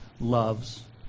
loves